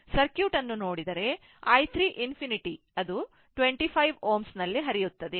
circuit ಅನ್ನು ನೋಡಿದರೆ i 3 ∞ ಅದು 25 Ω ನಲ್ಲಿ ಹರಿಯುತ್ತದೆ